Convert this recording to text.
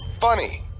Funny